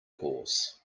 course